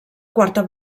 quarta